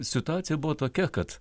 situacija buvo tokia kad